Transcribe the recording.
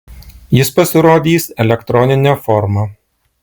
jis pasirodys elektronine forma